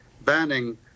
banning